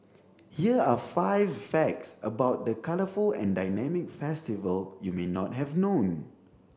here are five facts about the colourful and dynamic festival you may not have known